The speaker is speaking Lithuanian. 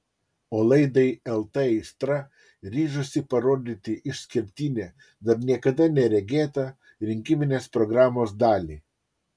o laidai lt aistra ryžosi parodyti išskirtinę dar niekada neregėtą rinkiminės programos dalį